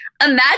Imagine